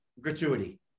gratuity